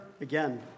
again